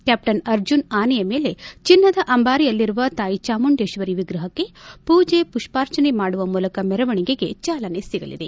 captain Arjuna ಆನೆಯ ಮೇಲೆ ಚಿನ್ನದ ಅಂಬಾರಿಯಲ್ಲಿರುವ ತಾಯಿ ಚಾಮುಂಡೇಶ್ವರಿ ವಿಗ್ರಹಕ್ಕೆ ಮೂಜೆ ಮಷ್ಪಾರ್ಜನೆ ಮಾಡುವ ಮೂಲಕ ಮೆರವಣಿಗೆಗೆ ಜಾಲನೆ ಸಿಗಲಿದೆ